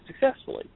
successfully